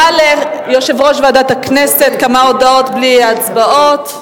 כמה הודעות ליושב-ראש ועדת הכנסת, בלי הצבעות.